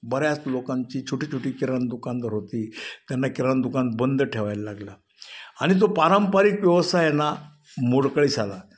बऱ्याच लोकांची छोटी छोटी किराणा दुकानदार होते त्यांना किराणा दुकान बंद ठेवायला लागले आणि तो पारंपरिक व्यवसाय आहे ना मोडकळीस आला